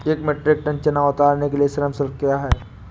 एक metric tonne चना उतारने के लिए श्रम शुल्क क्या है?